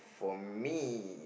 for me